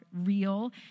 real